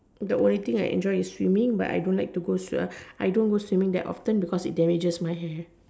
the only thing I enjoy is swimming but I don't like to go swim I don't go swimming that often because it damages my hair